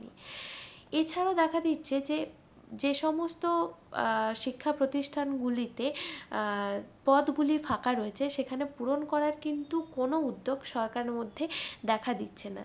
এছাড়াও দেখা দিচ্ছে যে যে সমস্ত শিক্ষা প্রতিষ্ঠানগুলিতে পদগুলি ফাঁকা রয়েছে সেখানে পূরণ করার কিন্তু কোনো উদ্যোগ সরকারের মধ্যে দেখা দিচ্ছে না